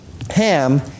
Ham